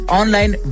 online